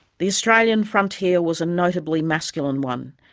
the australian frontier was a notably masculine one,